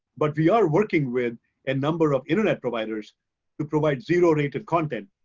but we are working with a number of internet providers to provide zero rated content,